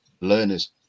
learners